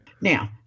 Now